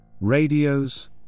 Radios